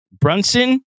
Brunson